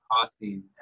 costing